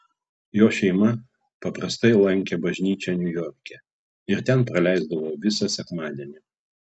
jos šeima paprastai lankė bažnyčią niujorke ir ten praleisdavo visą sekmadienį